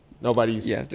nobody's